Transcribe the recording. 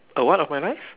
a what of my life